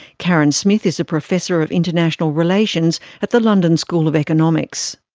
karen smith is a professor of international relations at the london school of economics.